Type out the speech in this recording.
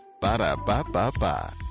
Ba-da-ba-ba-ba